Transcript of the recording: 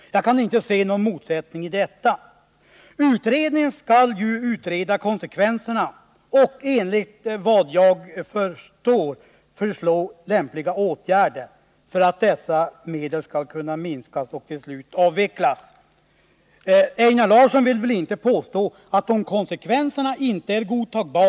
Jag kan inte se någon motsättning i detta. Utredningen skall ju utreda konsekvenserna och enligt vad jag förstår föreslå lämpliga åtgärder så att dessa medel skall minskas och till slut avvecklas. Einar Larsson vill väl inte påstå att användningen skall fortsätta eller kansket.o.m.